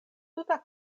tuta